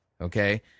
okay